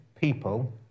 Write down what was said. people